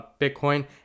Bitcoin